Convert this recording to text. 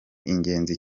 ingenzi